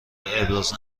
ابراز